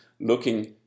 looking